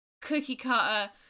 cookie-cutter